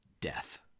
death